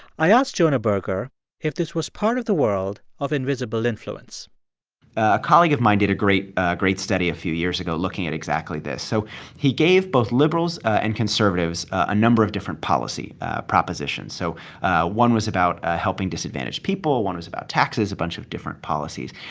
i asked jonah berger if this was part of the world of invisible influence a colleague of mine did a great great study a few years ago looking at exactly this. so he gave both liberals and conservatives a number of different policy propositions. so one was about helping disadvantaged people, one was about taxes, a bunch of different policies.